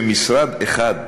שמשרד אחד,